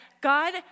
God